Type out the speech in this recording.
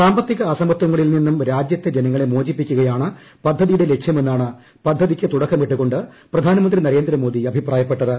സാമ്പത്തിക അസമത്വങ്ങളിൽ നിന്നും രാജ്യത്തെ ജനങ്ങളെ മോചിപ്പിക്കുകയാണ് പദ്ധതിയുടെ ലക്ഷ്യമെന്നാണ് പദ്ധതിക്ക് തുടക്കമിട്ടുകൊണ്ട് പ്രധാനമന്ത്രി നരേന്ദ്രമോദി അഭിപ്രായപ്പെട്ടത്